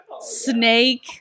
snake